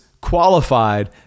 qualified